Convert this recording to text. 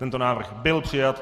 Tento návrh byl přijat.